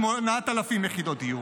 8,000 יחידות דיור,